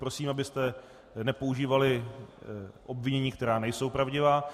Prosím, abyste nepoužívali obvinění, která nejsou pravdivá.